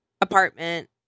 apartment